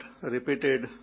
repeated